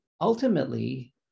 Ultimately